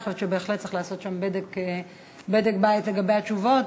אני חושבת שבהחלט צריך לעשות שם בדק-בית לגבי התשובות,